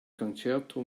concerto